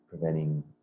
preventing